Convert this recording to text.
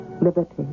liberty